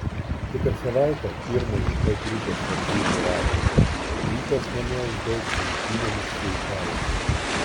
kitą savaitę pirmąjį b grupės varžybų ratą rytas namie užbaigs rungtynėmis su italais